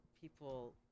people